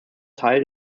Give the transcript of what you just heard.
teil